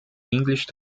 english